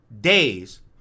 Days